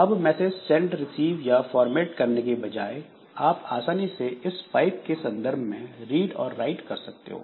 अब message send receive या format करने की बजाय आप आसानी से इस पाइप के संदर्भ में रीड ओर राइट कर सकते हो